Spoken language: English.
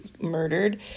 murdered